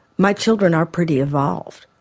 my children are pretty evolved,